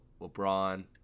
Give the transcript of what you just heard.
LeBron